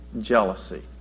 jealousy